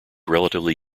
relatively